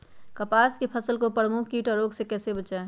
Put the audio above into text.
कपास की फसल को प्रमुख कीट और रोग से कैसे बचाएं?